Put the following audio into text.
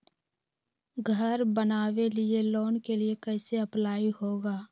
घर बनावे लिय लोन के लिए कैसे अप्लाई होगा?